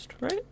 right